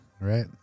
right